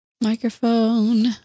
Microphone